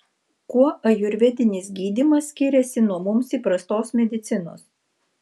kuo ajurvedinis gydymas skiriasi nuo mums įprastos medicinos